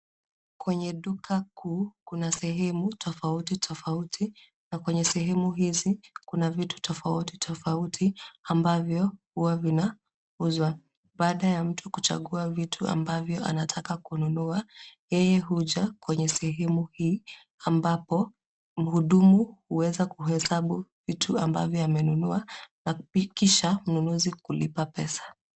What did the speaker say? Kwenye duka kuu, kuna sehemu tofauti tofauti na kwenye sehemu hizi, kuna vitu tofauti tofauti ambavyo huwa vinauzwa. Baada ya mtu kuchagua vitu ambavyo anataka kununua, yeye huja kwenye sehemu hii ambapo mhudumu huweza kuhesabu vitu ambavyo amenunua na kisha mnunuzi kulipa pesa.